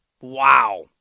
Wow